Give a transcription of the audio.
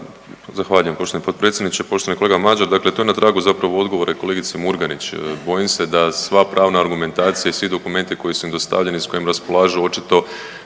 Zahvaljujem poštovani potpredsjedniče. Poštovani kolega Mažar dakle to je na tragu zapravo odgovora i kolegici Murganić. Bojim se da sva pravna argumentacija i svi dokumenti koji su im dostavljeni i s kojim raspolažu očito